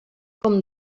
com